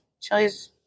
chilies